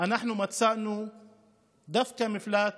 אנחנו מצאנו דווקא מפלט